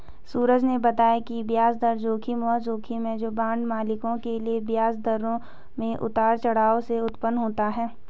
सूरज ने बताया कि ब्याज दर जोखिम वह जोखिम है जो बांड मालिकों के लिए ब्याज दरों में उतार चढ़ाव से उत्पन्न होता है